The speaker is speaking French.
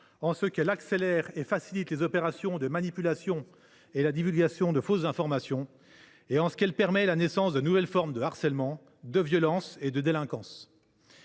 en ce qu’elle accélère et facilite les opérations de manipulation et la divulgation de fausses informations. En outre, elle s’accompagne de l’émergence de nouvelles formes de harcèlement, de violence et de délinquance